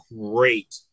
great